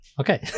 Okay